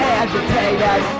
agitated